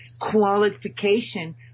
qualification